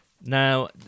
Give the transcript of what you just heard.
now